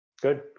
Good